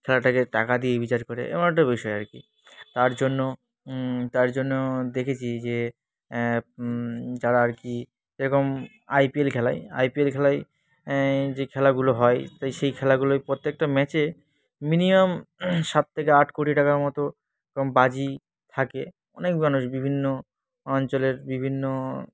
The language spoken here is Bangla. খেলাটাকে টাকা দিয়ে বিচার করে এমন একটা বিষয় আর কি তার জন্য তার জন্য দেখেছি যে যারা আর কি যেরকম আই পি এল খেলায় আই পি এল খেলায় যে খেলাগুলো হয় তাই সেই খেলাগুলোয় প্রত্যেকটা ম্যাচে মিনিমাম সাত থেকে আট কোটি টাকার মতো এরকম বাজি থাকে অনেক মানুষ বিভিন্ন অঞ্চলের বিভিন্ন